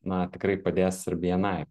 na tikrai padės bni